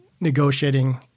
negotiating